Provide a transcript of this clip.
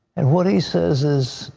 and what he says is,